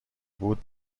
بود